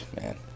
man